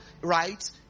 right